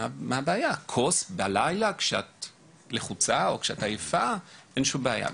כוס בלילה מידי פעם, אז אין שום בעיה.